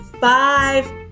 five